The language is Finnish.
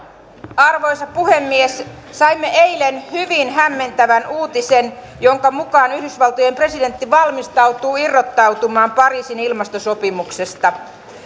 arvoisa puhemies saimme eilen hyvin hämmentävän uutisen jonka mukaan yhdysvaltojen presidentti valmistautuu irrottautumaan pariisin ilmastosopimuksesta